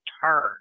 turn